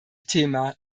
thema